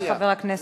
חבר הכנסת,